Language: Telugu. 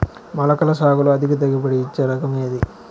మొలకల సాగులో అధిక దిగుబడి ఇచ్చే రకం ఏది?